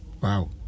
Wow